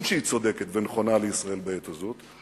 שהיא צודקת ונכונה לישראל בעת הזאת,